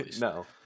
No